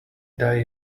die